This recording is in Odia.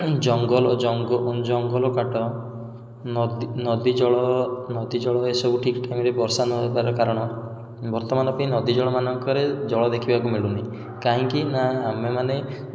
ଜଙ୍ଗଲ ଜଙ୍ଗ ଜଙ୍ଗଲ କାଟ ନଦୀ ଜଳ ନଦୀ ଜଳ ଏସବୁ ଠିକ ଟାଇମରେ ବର୍ଷା ନହେବାର କାରଣ ବର୍ତ୍ତମାନ ପାଇଁ ନଦୀ ଜଳ ମାନଙ୍କରେ ଜଳ ଦେଖିବାକୁ ମିଳୁନି କାହିଁକିନା ଆମେମାନେ